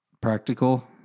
practical